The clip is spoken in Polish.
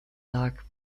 tak